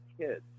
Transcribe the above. kids